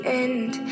end